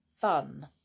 fun